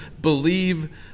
believe